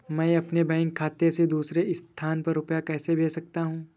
मैं अपने बैंक खाते से दूसरे स्थान पर रुपए कैसे भेज सकता हूँ?